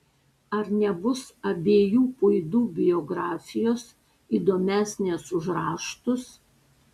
ar nebus abiejų puidų biografijos įdomesnės už raštus